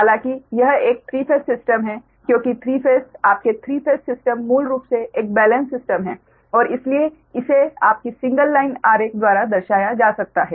हालांकि यह एक 3 फेस सिस्टम है क्योंकि 3 फेस आपके 3 फेस सिस्टम मूल रूप से एक बेलेंस्ड सिस्टम है और इसीलिए इसे आपकी सिंगल लाइन आरेख द्वारा दर्शाया जा सकता है